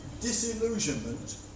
disillusionment